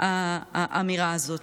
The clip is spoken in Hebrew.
האמירה הזאת.